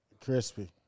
crispy